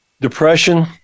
Depression